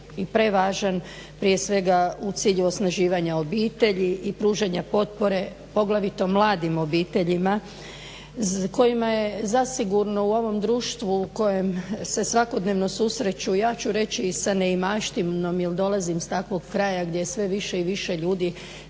i prevažan prije svega u cilju osnaživanja obitelji i pružanja potpore poglavito mladim obiteljima kojima je zasigurno u ovom društvu u kojem se svakodnevno susreću ja ću reći i sa neimaštinom jer dolazim iz takvog kraja gdje sve više i više ljudi